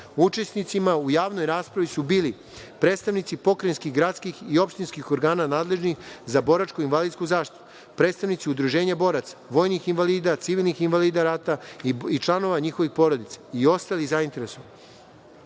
učesnicima u javnoj raspravi su bili predstavnici pokrajinskih, gradskih i opštinskih organa nadležnih za boračko-invalidsku zaštitu, predstavnici udruženja boraca, vojnih invalida, civilnih invalida rata i članova njihovih porodica i ostali zainteresovani. Prisutni